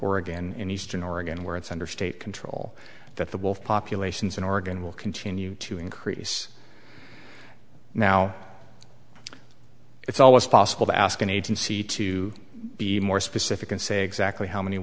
oregon in eastern oregon where it's under state control that the wolf populations in oregon will continue to increase now it's always possible to ask an agency to be more specific and say exactly how many